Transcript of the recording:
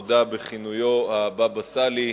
שנודע בכינויו הבבא סאלי,